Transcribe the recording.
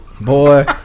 Boy